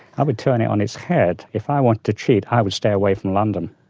i would turn it on its head if i wanted to cheat, i would stay away from london.